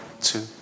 two